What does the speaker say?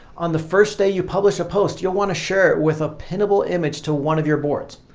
on the first day you publish a post, you'll want to share it with a pinnable image to one of your boards.